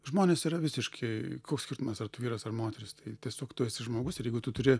žmonės yra visiški koks skirtumas ar tu vyras ar moteris tai tiesiog tu esi žmogus ir jeigu tu turi